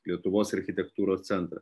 lietuvos architektūros centrą